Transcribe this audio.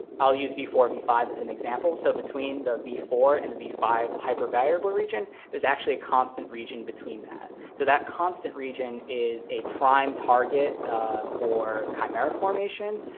i'll use v four v five as an example. so between the v four and v five hypervariable region, there's actually a constant region between that. so that constant region is a prime target for chimera formation.